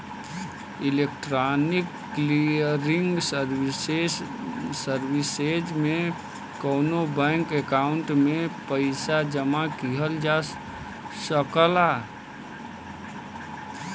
electronic clearing services में कउनो bank account में पइसा जमा किहल जा सकला